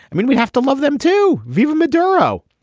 i mean, we'd have to love them, too. even maduro,